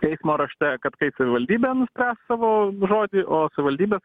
teismo rašte kad kai savivaldybė nuspręs savo žodį o savivaldybė